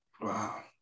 Wow